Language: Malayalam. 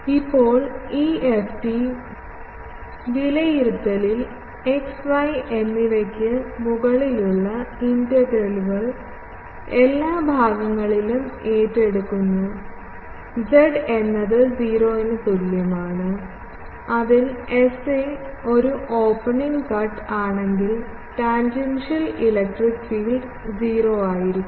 ഇപ്പോൾ ഈ ft വിലയിരുത്തലിൽ x y എന്നിവയ്ക്ക് മുകളിലുള്ള ഇന്റഗ്രലുകൾ എല്ലാ ഭാഗങ്ങളിലും ഏറ്റെടുക്കുന്നു z എന്നത് 0 തുല്യമാണ് അതിൽ Sa ഒരു ഓപ്പണിംഗ് കട്ട് ആണെങ്കിൽ ടാൻജൻഷ്യൽ ഇലക്ട്രിക് ഫീൽഡ 0 ആയിരിക്കും